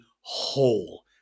whole